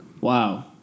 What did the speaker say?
Wow